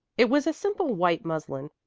it was a simple white muslin.